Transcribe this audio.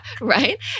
right